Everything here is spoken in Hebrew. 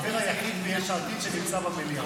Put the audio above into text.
אתה החבר היחיד מיש עתיד שנמצא במליאה.